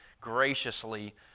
graciously